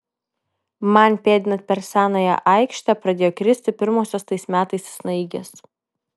man pėdinant per senąją aikštę pradėjo kristi pirmosios tais metais snaigės